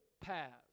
paths